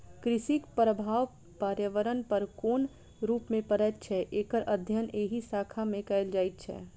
कृषिक प्रभाव पर्यावरण पर कोन रूप मे पड़ैत छै, एकर अध्ययन एहि शाखा मे कयल जाइत छै